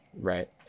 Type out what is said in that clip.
Right